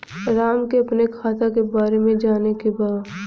राम के अपने खाता के बारे मे जाने के बा?